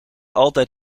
altijd